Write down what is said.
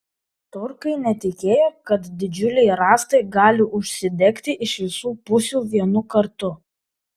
turkai netikėjo kad didžiuliai rąstai gali užsidegti iš visų pusių vienu kartu